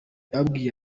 yababwiye